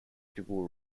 people